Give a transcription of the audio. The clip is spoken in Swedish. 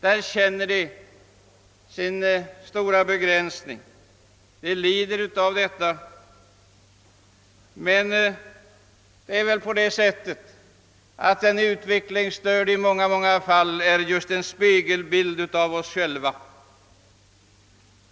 Där känner de ofta sin stora begränsning i början och lider av den. Den utvecklingsstörde är väl mången gång en spegelbild av oss själva.